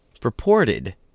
purported